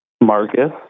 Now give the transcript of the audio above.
Marcus